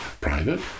private